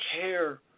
care